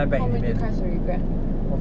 后面就开始 regret